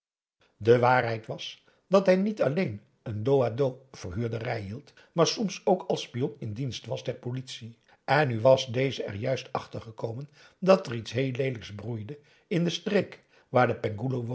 de waarheid was dat hij niet alleen een dos à dos verhuurderij hield maar soms ook als spion in dienst was der politie en nu was deze er juist achter gekomen dat er iets heel leelijks broeide in de streek waar de